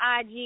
IG